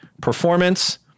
performance